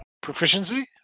Proficiency